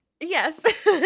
Yes